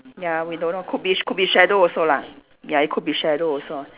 ya we don't know could be could be shadow also lah ya it could be shadow also